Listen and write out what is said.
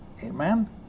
amen